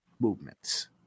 movements